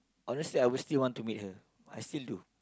honestly I would still want to meet her I still do